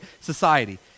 society